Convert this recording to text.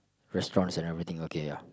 restaurants and everything okay yeah